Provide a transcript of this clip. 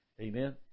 Amen